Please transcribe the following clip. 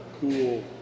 cool